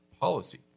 policy